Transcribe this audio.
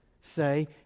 say